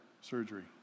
surgery